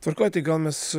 tvarkoj tai gal mes